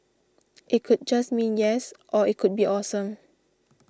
it could just mean yes or it could be awesome